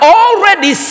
already